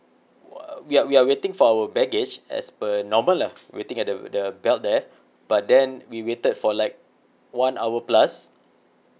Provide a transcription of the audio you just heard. uh we are we are waiting for our baggage as per normal lah waiting at the at the belt there but then we waited for like one hour plus